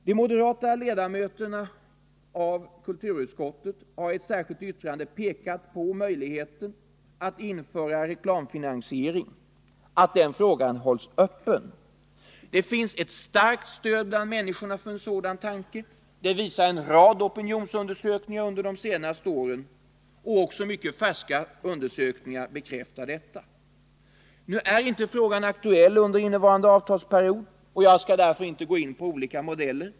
De moderata ledamöterna i kulturutskottet har i ett särskilt yttrande pekat på att möjligheten att införa reklamfinansiering skall hållas öppen. Det finns ett starkt stöd bland människorna för en sådan tanke, det visar en rad opinionsundersökningar under de senaste åren. Också mycket färska undersökningar bekräftar detta. Nu är inte frågan aktuell under innevarande avtalsperiod, och jag skall därför inte gå in på olika modeller.